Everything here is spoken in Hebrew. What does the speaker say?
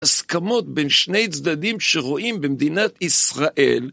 הסכמות בין שני צדדים שרואים במדינת ישראל